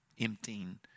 emptying